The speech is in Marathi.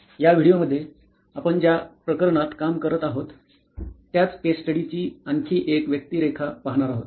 या व्हिडिओमध्ये आपण ज्या प्रकरणात काम करत आहोत त्याच केस स्टडीची आणखी एक व्यक्तिरेखा पाहणार आहोत